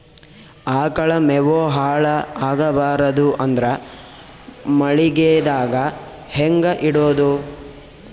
ಆಕಳ ಮೆವೊ ಹಾಳ ಆಗಬಾರದು ಅಂದ್ರ ಮಳಿಗೆದಾಗ ಹೆಂಗ ಇಡೊದೊ?